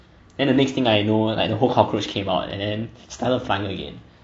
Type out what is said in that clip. then next thing I know like the whole cockroach came out and and started flying again